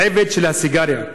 עבד של הסיגריה.